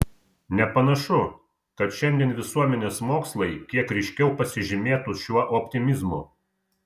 nepanašu kad šiandien visuomenės mokslai kiek ryškiau pasižymėtų šiuo optimizmu